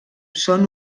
són